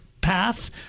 path